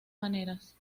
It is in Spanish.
maneras